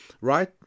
right